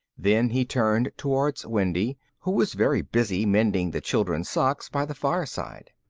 then he turned towards wendy, who was very busy mending the children's socks by the fireside.